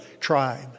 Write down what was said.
tribe